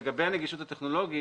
לגבי הנגישות הטכנולוגית,